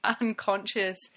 unconscious